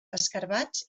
escarabats